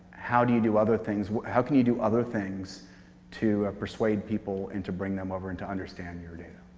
how do you do other things? how can you do other things to persuade people and to bring them over and to understand your data,